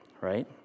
right